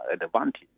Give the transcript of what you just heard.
advantage